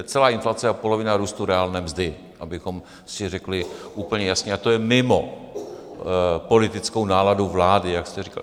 To je celá inflace a polovina růstu reálné mzdy, abychom si řekli úplně jasně, a to je mimo politickou náladu vlády, jak jste říkal.